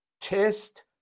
Test